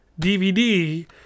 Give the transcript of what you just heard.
DVD